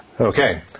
Okay